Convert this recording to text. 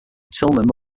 tillman